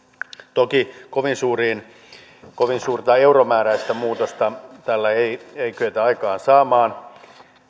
toki kovin suurta euromääräistä muutosta tällä ei ei kyetä aikaansaamaan